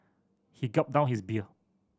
he gulped down his beer